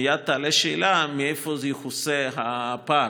מייד תעלה שאלה מאיפה יכוסה הפער.